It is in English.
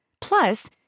Plus